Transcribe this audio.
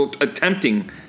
attempting